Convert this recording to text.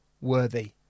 worthy